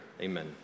Amen